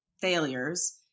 failures